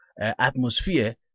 atmosphere